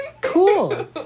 Cool